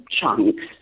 chunks